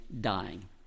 dying